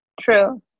True